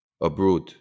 abroad